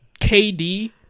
KD